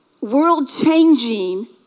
world-changing